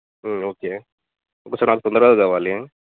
okay okay sir నాకు తొందరగా కావాలి